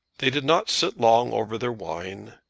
they did not sit long over their wine,